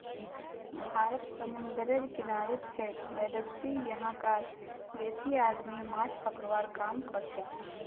भारत समूंदरेर किनारित छेक वैदसती यहां कार बेसी आबादी माछ पकड़वार काम करछेक